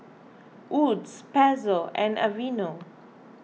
Wood's Pezzo and Aveeno